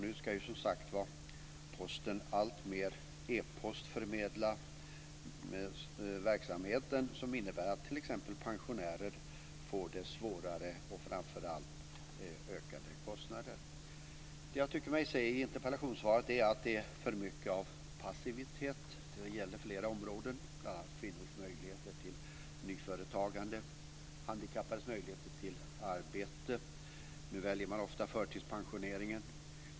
Nu ska ju som sagt var Posten alltmer e-postförmedla verksamheten, vilket innebär att t.ex. pensionärer får det svårare och framför allt ökade kostnader. Det jag tycker mig se i interpellationssvaret är att det är för mycket av passivitet, och det gäller flera områden, bl.a. kvinnors möjligheter till nyföretagande och handikappades möjligheter till arbete - nu väljer man ofta förtidspensioneringen.